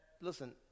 Listen